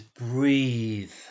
breathe